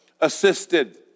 assisted